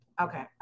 okay